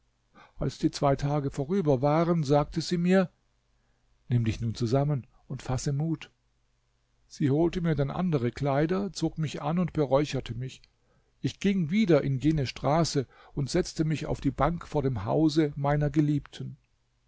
als die zwei tage vorüber waren sagte sie mir nimm dich nun zusammen und fasse mut sie holte mir dann andere kleider zog mich an und beräucherte mich ich ging wieder in jene straße und setzte mich auf die bank vor dem hause meiner geliebten